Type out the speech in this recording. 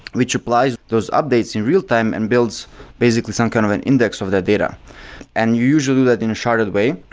which applies those updates in real-time and builds basically some kind of an index of that data and you usually do that in a sharded way.